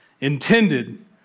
intended